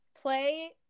Play